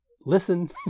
listen